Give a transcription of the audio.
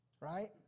right